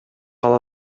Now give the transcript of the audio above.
ала